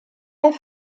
est